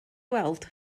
weld